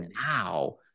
now